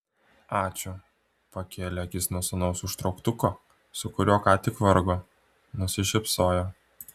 ačiū pakėlė akis nuo sūnaus užtrauktuko su kuriuo ką tik vargo nusišypsojo